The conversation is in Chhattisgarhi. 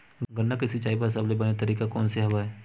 गन्ना के सिंचाई बर सबले बने तरीका कोन से हवय?